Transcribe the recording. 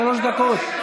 שלוש דקות.